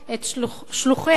את שלוחיה,